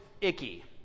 icky